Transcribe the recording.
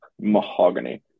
Mahogany